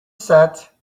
sat